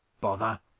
bother!